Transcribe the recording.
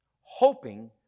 hoping